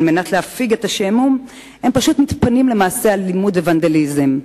על מנת להפיג את השעמום הם מתפנים למעשי אלימות וונדליזם.